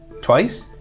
Twice